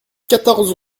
quatorze